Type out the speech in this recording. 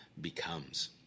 becomes